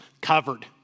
covered